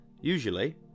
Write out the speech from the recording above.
Usually